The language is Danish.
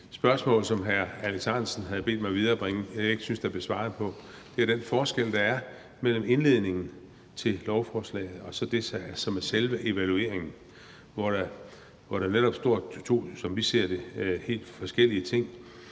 spørgsmål, som hr. Alex Ahrendtsen havde bedt mig om at viderebringe, som jeg ikke synes der blev svaret på. Det var om den forskel, der er, mellem indledningen til lovforslaget, og så det, som er selve evalueringen, hvor der netop, som vi ser det, står to helt forskellige ting.